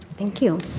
thank you.